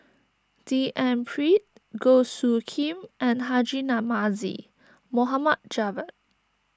D N Pritt Goh Soo Khim and Haji Namazie Mohd Javad